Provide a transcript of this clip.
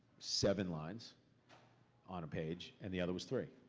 seven lines on a page and the other was three.